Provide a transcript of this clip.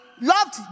loved